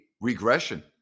regression